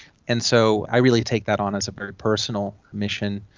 and so i really take that on as a very personal mission.